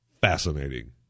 fascinating